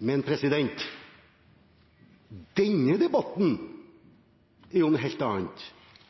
Men denne debatten er om noe helt annet.